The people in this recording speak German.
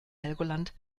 helgoland